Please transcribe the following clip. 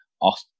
off